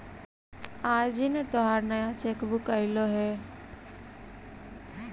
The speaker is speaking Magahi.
आज हिन् तोहार नया चेक बुक अयीलो हे